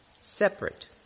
separate